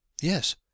Yes